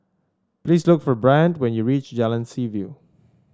please look for Bryant when you reach Jalan Seaview